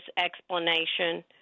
explanation